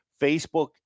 Facebook